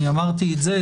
אני אמרתי את זה,